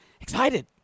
Excited